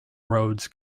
roads